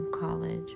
college